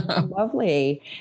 Lovely